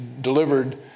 delivered